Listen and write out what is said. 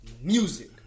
music